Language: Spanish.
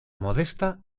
modesta